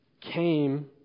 came